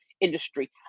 industry